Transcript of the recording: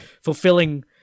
fulfilling